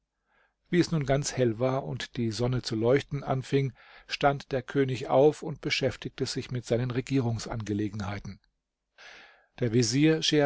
wie es nun ganz hell war und die sonne zu leuchten anfing stand der könig auf und beschäftigte sich mit seinen regierungsangelegenheiten der vezier